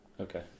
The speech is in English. Okay